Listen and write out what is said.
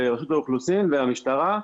של רשות האוכלוסין והמשטרה,